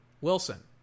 Wilson